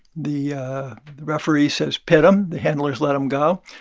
the referee says pit them. the handlers let them go.